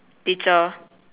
teacher